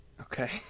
Okay